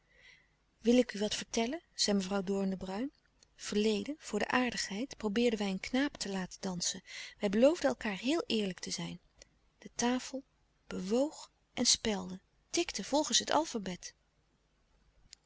wil ik u wat vertellen zei mevrouw doorn de bruijn verleden voor de aardigheid probeerden wij een knaap te laten dansen wij beloofden elkaâr heel eerlijk te zijn de tafel bewoog en spelde tikte volgens het alfabet